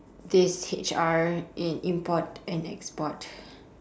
this H_R in import and export